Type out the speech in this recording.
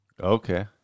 okay